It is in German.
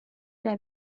der